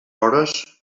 hores